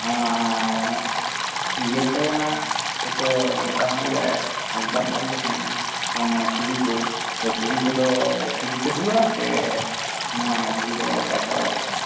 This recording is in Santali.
ᱟᱨ ᱚᱱᱟ ᱤᱭᱟᱹ ᱠᱚᱨᱮᱱᱟᱜ ᱦᱳᱭᱛᱚ ᱱᱚᱝᱠᱟ ᱦᱚᱸ ᱦᱩᱭ ᱫᱟᱲᱮᱭᱟᱜᱼᱟ ᱟᱞᱞᱟᱯᱷᱚᱞ ᱠᱚ ᱛᱟᱦᱮᱱᱟ ᱵᱟ ᱱᱚᱣᱟ ᱪᱷᱩᱵᱤ ᱠᱚ ᱪᱷᱩᱵᱤ ᱠᱚᱫᱚ ᱯᱷᱤᱨᱤ ᱛᱮ ᱦᱩᱭᱩᱜᱼᱟ ᱥᱮ ᱱᱚᱣᱟ ᱠᱚᱨᱮ ᱯᱟᱭᱥᱟ ᱞᱟᱜᱟᱜ ᱠᱟᱱᱟ